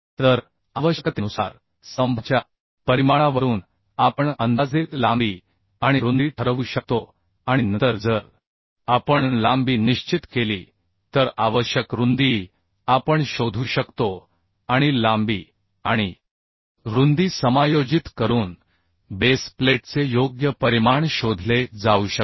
तर आवश्यकतेनुसार स्तंभाच्या परिमाणावरून आपण अंदाजे लांबी आणि रुंदी ठरवू शकतो आणि नंतर जर आपण लांबी निश्चित केली तर आवश्यक रुंदी आपण शोधू शकतो आणि लांबी आणिरुंदी समायोजित करून बेस प्लेटचे योग्य परिमाण शोधले जाऊ शकते